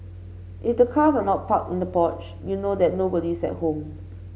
if the cars are not parked in the porch you know that nobody's at home